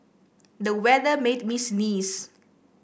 the weather made me sneeze